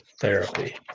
therapy